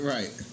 Right